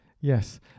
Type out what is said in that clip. Yes